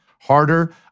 harder